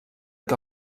que